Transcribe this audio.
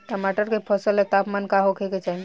टमाटर के फसल ला तापमान का होखे के चाही?